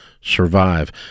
survive